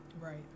right